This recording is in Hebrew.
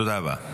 תודה רבה.